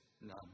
none